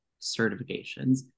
certifications